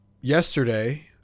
yesterday